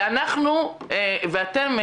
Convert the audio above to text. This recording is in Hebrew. ואתם,